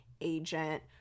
agent